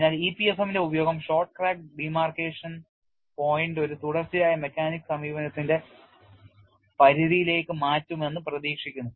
അതിനാൽ EPFM ന്റെ ഉപയോഗം ഷോർട്ട് ക്രാക്ക് ഡിമാർക്കേഷൻ പോയിന്റ് ഒരു തുടർച്ചയായ മെക്കാനിക്സ് സമീപനത്തിന്റെ പരിധിയിലേക്ക് മാറ്റുമെന്ന് പ്രതീക്ഷിക്കുന്നു